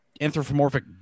anthropomorphic